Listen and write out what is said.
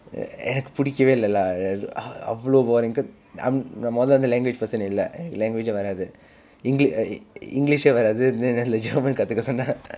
எனக்கு பிடிக்கவே இல்லை:enakku pidikkave illai lah அவ்வளவு:avvalavu boring cause நான் முதலை வந்து:naan muthalai vanthu language person eh இல்லை:illai language eh வராது:varaathu english english eh வராது இதுல:varaathu ithula german கற்றுக்க சொன்னா:katrukka sonnaa